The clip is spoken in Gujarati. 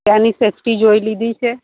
ત્યાંની સેફટી જોઈ લીધી છે